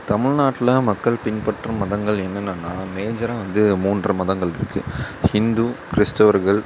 தமிழ் நாட்டில் மக்கள் பின்பற்றும் மதங்கள் என்னென்னனா மேஜராக வந்து மூன்று மதங்கள் இருக்குது ஹிந்து கிறிஸ்துவர்கள்